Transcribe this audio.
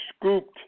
scooped